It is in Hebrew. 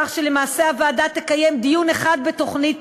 כך למעשה הוועדה תקיים דיון אחד בתוכנית